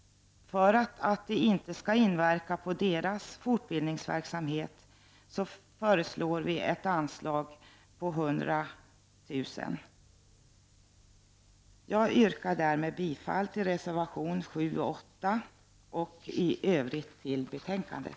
För att det inte skall inverka på fortbildningsverksamheten föreslår vi ett anslag av 100 000 kr. Jag yrkar därmed bifall till reservationerna 7 och 8 och i övrigt till utskottsbetänkandet.